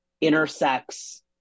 intersects